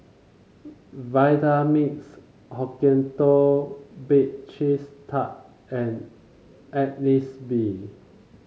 Vitamix Hokkaido Bake Cheese Tart and Agnes B